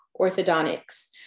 orthodontics